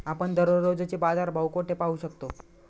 आपण दररोजचे बाजारभाव कोठे पाहू शकतो?